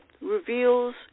reveals